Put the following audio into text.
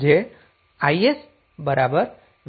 જે is vsR છે